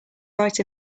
right